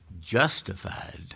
justified